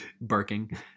barking